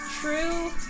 true